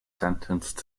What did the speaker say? sentenced